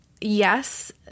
yes